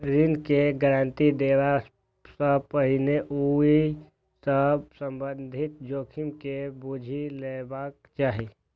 ऋण के गारंटी देबा सं पहिने ओइ सं संबंधित जोखिम के बूझि लेबाक चाही